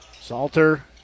Salter